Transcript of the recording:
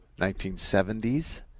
1970s